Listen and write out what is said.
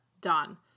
Done